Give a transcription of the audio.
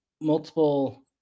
multiple